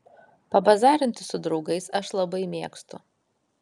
pabazarinti su draugais aš labai mėgstu